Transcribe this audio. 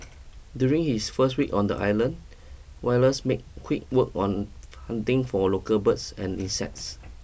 during his first week on the island Wallace made quick work on hunting for local birds and insects